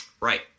Right